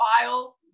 file